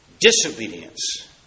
disobedience